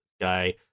guy